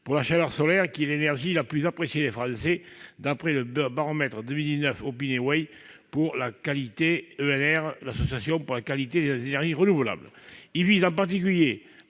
à la chaleur solaire, qui est l'énergie la plus appréciée des Français d'après le baromètre 2019 établi par OpinionWay pour Qualit'EnR, l'association pour la qualité des énergies renouvelables. Il vise, en particulier,